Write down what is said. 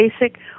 basic